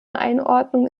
einordnung